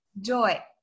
joy